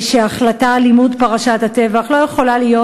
ההחלטה על לימוד פרשת הטבח לא יכולה להיות